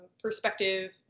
perspective